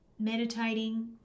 meditating